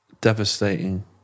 devastating